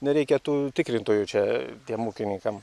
nereikia tų tikrintojų čia tiems ūkininkam